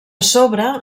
sobre